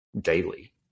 daily